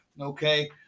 Okay